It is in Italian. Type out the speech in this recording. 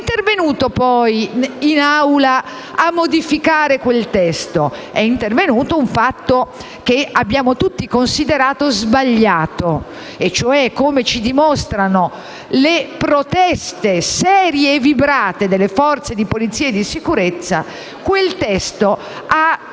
intervenuto poi in Assemblea a modificare quel testo? È intervenuto un fatto che tutti abbiamo considerato sbagliato. Come ci dimostrano le proteste serie e vibranti delle forze di polizia e sicurezza, quel testo ha tradito